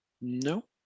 No